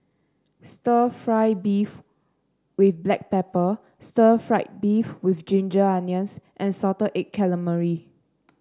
stir fry beef with Black Pepper Stir Fried Beef with Ginger Onions and Salted Egg Calamari